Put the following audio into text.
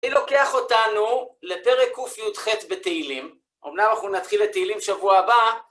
אני לוקח אותנו לפרק קי"ח בתהילים. אמנם אנחנו נתחיל את תהילים שבוע הבא.